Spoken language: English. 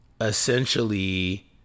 essentially